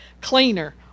cleaner